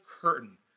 curtain